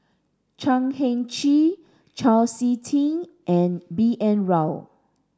Chan Heng Chee Chau Sik Ting and B N Rao